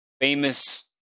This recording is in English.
famous